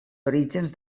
orígens